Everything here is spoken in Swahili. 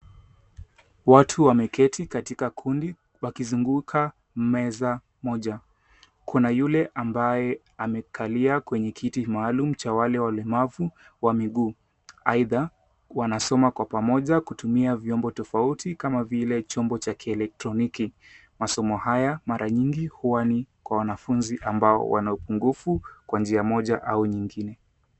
Watu wameketi katika kundi, wakizunguka meza moja. Kuna yule ambaye amekalia kwenye kiti maalum cha wale walemavu wa miguu. Aidha wanasoma kwa pamoja kutumia vyombo tofauti kama vile chombo cha kielektroniki. Masomo haya mara nyingi huwa ni kwa wanafunzi ambao wana upungufu kwa njia moja au nyingine.